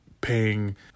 paying